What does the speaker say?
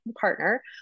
partner